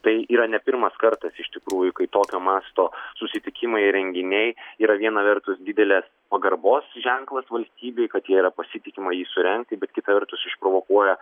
tai yra ne pirmas kartas iš tikrųjų kai tokio masto susitikimai renginiai yra viena vertus didelės pagarbos ženklas valstybei kad ja yra pasitikima jį surengti bet kita vertus išprovokuoja